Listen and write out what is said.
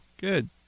good